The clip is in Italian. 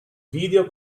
video